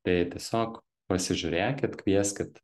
tai tiesiog pasižiūrėkit kvieskit